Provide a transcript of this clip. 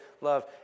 love